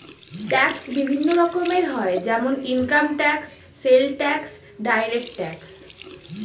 tax বিভিন্ন রকমের হয় যেমন income tax, sales tax, direct tax